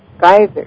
geysers